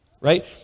right